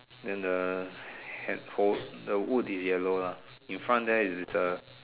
then the hole the wood is yellow lah in front there is a